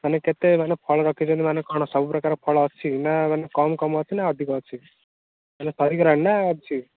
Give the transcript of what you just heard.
ମାନେ କେତେ ମାନେ ଫଳ ରଖିଛନ୍ତି ମାନେ କ'ଣ ସବୁ ପ୍ରକାର ଫଳ ଅଛି ନା ମାନେ କମ୍ କମ୍ ଅଛି ନା ଅଧିକ ଅଛି ମାନେ ସରି ଗଲାଣି ନା ଅଛି